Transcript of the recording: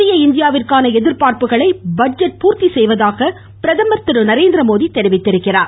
புதிய இந்தியாவிற்கான எதிர்பார்ப்புகளை பட்ஜெட் பூர்த்தி செய்வதாக பிரதமர் திரு நரேந்திரமோடி தெரிவித்திருக்கிறார்